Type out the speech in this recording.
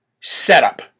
setup